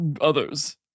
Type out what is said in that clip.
others